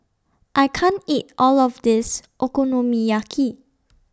I can't eat All of This Okonomiyaki